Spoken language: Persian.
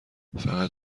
فقط